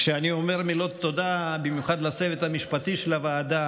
כשאני אומר מילות תודה במיוחד לצוות המשפטי של הוועדה,